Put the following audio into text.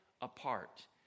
apart